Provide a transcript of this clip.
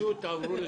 תרצו תעברו לשם.